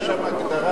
יש שם הגדרה,